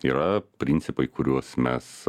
yra principai kuriuos mes